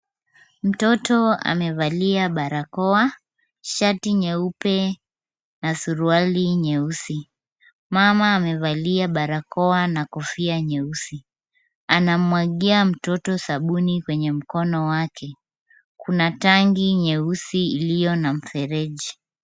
Mtoto amevalia barakoa, shati nyeupe, na suruali nyeusi. Mama amevalia barakoa na kofia nyeusi. Anamwagia mtoto sabuni kwenye mkono wake. Kuna tangi nyeusi iliyo na mfereji.